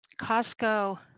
Costco